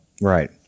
Right